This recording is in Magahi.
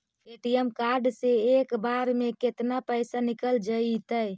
ए.टी.एम कार्ड से एक बार में केतना पैसा निकल जइतै?